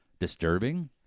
disturbing